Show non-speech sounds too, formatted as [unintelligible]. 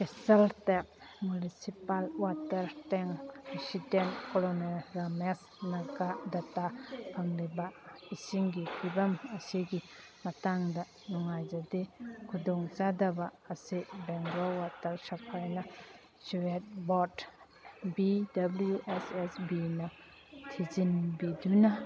[unintelligible] municipal water tank resident colony Ramesh Nagar ꯗꯇꯥ ꯐꯪꯂꯤꯕ ꯏꯁꯤꯡꯒꯤ ꯐꯤꯕꯝ ꯑꯁꯤꯒꯤ ꯃꯇꯥꯡꯗ ꯅꯨꯡꯉꯥꯏꯖꯗꯦ ꯈꯨꯗꯣꯡ ꯆꯥꯗꯕ ꯑꯁꯤ ꯕꯦꯡꯒ꯭ꯂꯣꯔ ꯋꯥꯇꯔ ꯁꯄ꯭ꯂꯥꯏꯅ ꯁꯨꯋꯦꯠ board B W S S ꯕꯤꯅ ꯊꯤꯖꯤꯟꯕꯤꯗꯨꯅ